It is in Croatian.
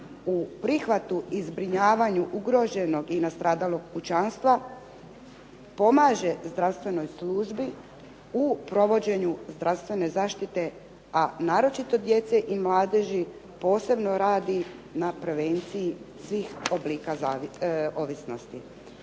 u prihvatu i zbrinjavanju ugroženog i nastradalog pučanstva pomaže zdravstvenoj službi u provođenju zdravstvene zaštite, a naročito djece i mladeži posebno radi na prevenciji svih oblika ovisnosti.